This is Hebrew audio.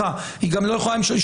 סליחה, היא גם לא יכולה למשוך את